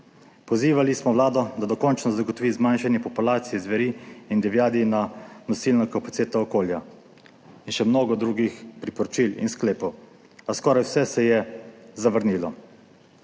Pozivali smo Vlado, da dokončno zagotovi zmanjšanje populacije zveri in divjadi na nosilno kapaciteto okolja in še mnogo drugih priporočil in sklepov, a skoraj vse se je zavrnilo.